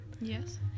Yes